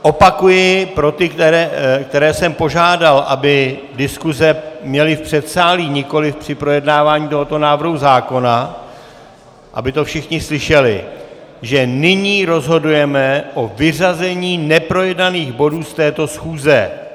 Opakuji pro ty, které jsem požádal, aby diskuse měli v předsálí, nikoli při projednávání tohoto návrhu zákona, aby to všichni slyšeli, že nyní rozhodujeme o vyřazení neprojednaných bodů z této schůze.